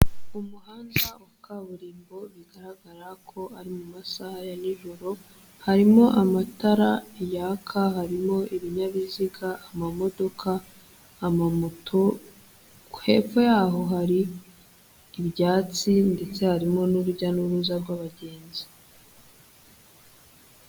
Umuhanda wa kaburimbo bigaragara ko ari mu masaha ya nijoro, harimo amatara yaka, harimo ibinyabiziga, amamodoka, amamoto, hepfo yaho hari ibyatsi ndetse harimo n'urujya n'uruza rw'abagenzi.